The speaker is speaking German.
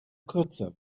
kürzer